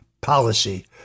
Policy